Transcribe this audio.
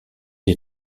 des